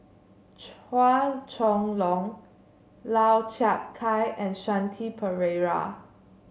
Chua Chong Long Lau Chiap Khai and Shanti Pereira